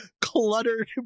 cluttered